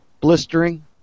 blistering